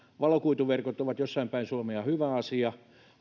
valokuituverkot ovat jossain päin suomea hyvä asia